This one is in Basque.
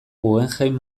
guggenheim